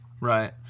Right